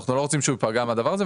הוא ייפגע מהדבר הזה.